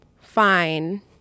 fine